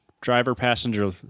driver-passenger